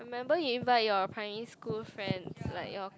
I remember you invite your primary school friends like your